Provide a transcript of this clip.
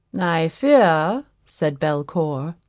i fear, said belcour,